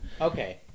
Okay